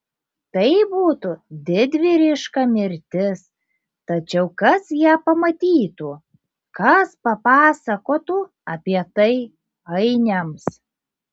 tai būtų didvyriška mirtis tačiau kas ją pamatytų kas papasakotų apie tai ainiams